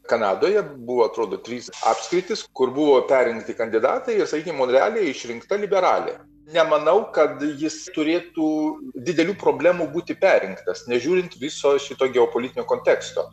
kanadoje buvo atrodo trys apskritys kur buvo perrinkti kandidatai ir sakykim monrealyje išrinkta liberalė nemanau kad jis turėtų didelių problemų būti perrinktas nežiūrint viso šito geopolitinio konteksto